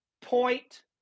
point